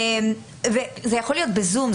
זה יכול להיות בזום.